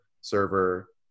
server